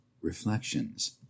Reflections